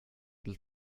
till